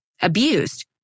abused